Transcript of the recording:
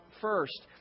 first